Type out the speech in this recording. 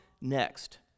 next